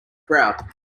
crowd